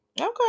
okay